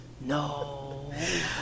No